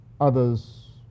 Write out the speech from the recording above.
others